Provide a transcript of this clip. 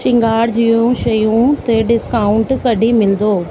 श्रंगार जूं शयूं ते डिस्काऊंट कॾहिं मिलंदो